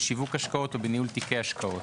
בשיווק השקעות ובניהול תיקי השקעות.